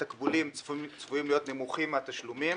כלומר, התקבולים צפויים להיות נמוכים מהתשלומים.